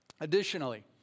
Additionally